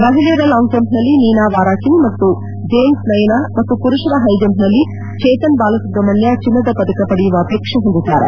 ಮಹಿಳೆಯರ ಲಾಂಗ್ಜಂಪ್ನಲ್ಲಿ ನೀನಾ ವಾರಾಕಿಲ್ ಹಾಗೂ ಜೇಮ್ಲ್ ನಯನಾ ಮತ್ತು ಮರುಷರ ಹೈ ಜಂಪ್ನಲ್ಲಿ ಜೇತನ್ ಬಾಲಸುಬ್ರಹ್ಮಣ್ಯ ಚಿನ್ನದ ಪದಕ ಪಡೆಯುವ ಅಪೇಕ್ಷೆ ಹೊಂದಿದ್ದಾರೆ